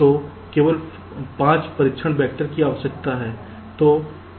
तो केवल 5 परीक्षण वैक्टर की आवश्यकता है